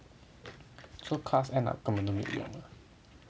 for class all like no need reading